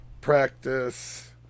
practice